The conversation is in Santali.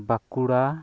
ᱵᱟᱸᱠᱩᱲᱟ